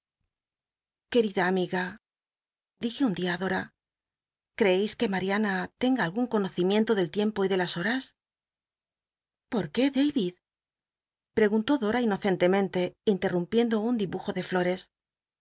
querida amiga dije un día adora creéis que marina tenga algun conocimiento del tiempo y de las horas por qué david preguntó dora inocen temente intenumpiendo un dibujo de floj